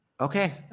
Okay